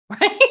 Right